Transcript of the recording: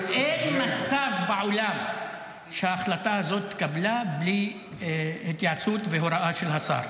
אין מצב בעולם שההחלטה הזאת התקבלה בלי התייעצות והוראה של השר,